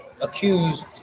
accused